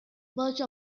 burge